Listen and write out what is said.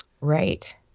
Right